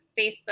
Facebook